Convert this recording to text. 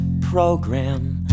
program